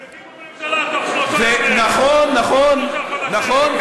והקימו ממשלה בתוך שלושה ימים, נכון, נכון, נכון.